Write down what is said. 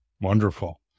Wonderful